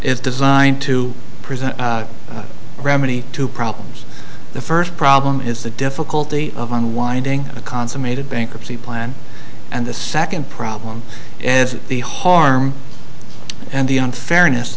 is designed to present a remedy to problems the first problem is the difficulty of unwinding a consummated bankruptcy plan and the second problem is the harm and the unfairness